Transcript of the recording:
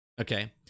okay